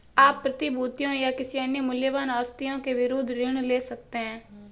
आप प्रतिभूतियों या किसी अन्य मूल्यवान आस्तियों के विरुद्ध ऋण ले सकते हैं